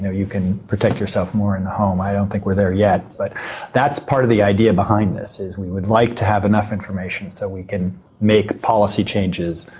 know, you can protect yourself more in the home. i don't think we're there yet but that's part of the idea behind this is we would like to have enough information so we can make policy changes,